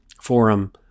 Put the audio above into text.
forum